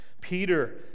Peter